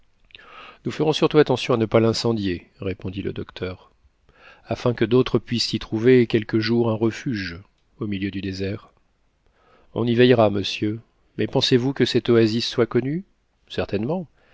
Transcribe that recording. nous ferons surtout attention à ne pas l'incendier répondit le docteur afin que d'autres puissent y trouver quelque jour un refuge au milieu du désert on y veillera monsieur mais pensez-vous que cette oasis soit connue certainement